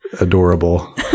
adorable